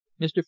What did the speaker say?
mr